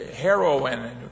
heroin